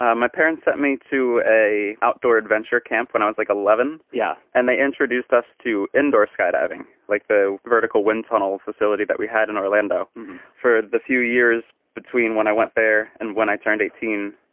ah my parents sent me to a outdoor adventure camp when i was like, eleven. yeah. and they introduced us to indoor skydiving. like the vertical wind tunnel facility that we had in orlando for the few years between when i went there and when i turned eighteen.